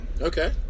okay